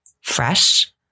fresh